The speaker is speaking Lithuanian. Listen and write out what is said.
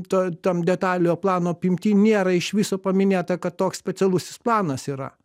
to tam detaliojo plano apimty nėra iš viso paminėta kad toks specialusis planas yra